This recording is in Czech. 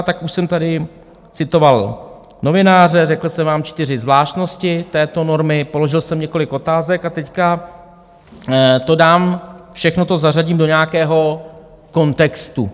Tak už jsem tady citoval novináře, řekl jsem vám čtyři zvláštnosti této normy, položil jsem několik otázek a teď to všechno zařadím do nějakého kontextu.